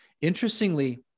Interestingly